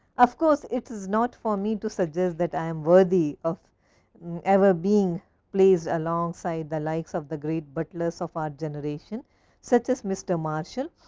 of course it is not for me to suggest that i am worthy of ever being plays alongside the likes of the great butlers of our generation such as mr. marshal,